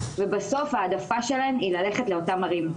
ובסוף ההעדפה שלהן היא ללכת לאותן ערים.